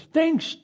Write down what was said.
thanks